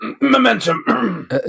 momentum